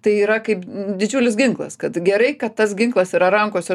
tai yra kaip didžiulis ginklas kad gerai kad tas ginklas yra rankose